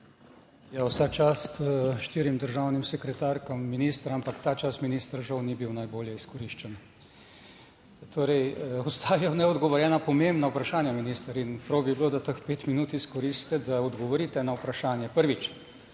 vsa čast štirim državnim sekretarkam, ministra, ampak ta čas, minister, žal ni bil najbolje izkoriščen. Torej ostajajo neodgovorjena pomembna vprašanja minister, in prav bi bilo, da teh 5 minut izkoristite, da odgovorite na vprašanje. Prvič,